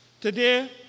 Today